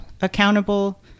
accountable